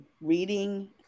reading